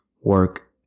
work